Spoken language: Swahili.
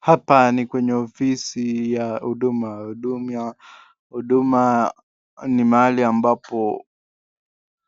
Hapa ni kwenye ofisi ya huduma, huduma ni mahali ambapo